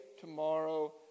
tomorrow